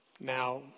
Now